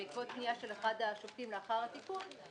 בעקבות פנייה של אחד השופטים לאחר התיקון,